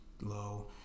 low